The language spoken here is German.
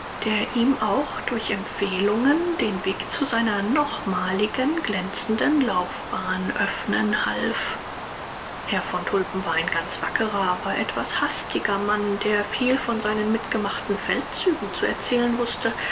der ihm auch durch empfehlungen den weg zu seiner nochmaligen glänzenden laufbahn öffnen half herr von tulpen war ein ganz wackerer aber etwas hastiger mann der viel von seinen mitgemachten feldzügen zu erzählen wußte